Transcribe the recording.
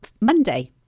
Monday